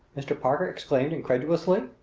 mr. parker exclaimed incredulously.